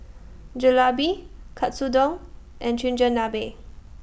Jalebi Katsudon and Chigenabe